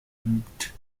attempted